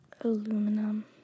Aluminum